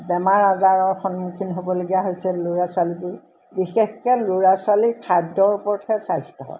বেমাৰ আজাৰৰ সন্মুখীন হ'বলগীয়া হৈছে ল'ৰা ছোৱালীবোৰ বিশেষকৈ ল'ৰা ছোৱালীৰ খাদ্যৰ ওপৰতহে স্বাস্থ্য হয়